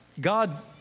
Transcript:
God